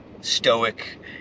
stoic